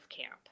camp